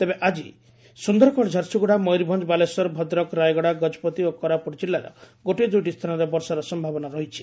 ତେବେ ଆକି ସୁନ୍ଦରଗଡ଼ ଝାରସୁଗୁଡ଼ା ମୟୂରଭଞ୍ଞ ବାଲେଶ୍ୱର ଭଦ୍ରକ ରାୟଗଡ଼ା ଗଜପତି ଓ କୋରାପୁଟ ଜିଲ୍ଲାର ଗୋଟିଏ ଦୁଇଟି ସ୍ରାନରେ ବର୍ଷାର ସମ୍ଭାବନା ରହିଛି